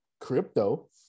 crypto